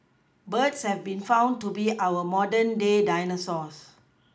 birds have been found to be our modern day dinosaurs